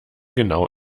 genau